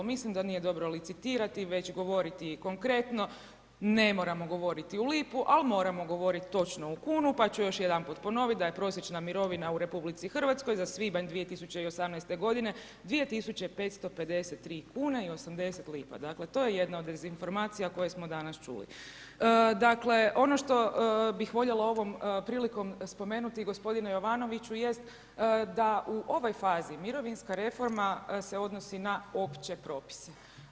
Mislim da nije dobro licitirati već govoriti konkretno, ne moramo govoriti u lipu ali moramo govoriti točno u kunu, pa ću još jedanput ponoviti da je prosječna mirovina u RH za svibanj 2018. g. 2,553 kn i 80 l. Dakle to je jedna dezinformacija koje smo danas čuli. , Dakle, ono što bih voljela ovom prilikom spomenuti gospodine Jovanoviću jest da u ovoj fazi mirovinska reforma se odnosi na opće propise.